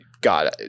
God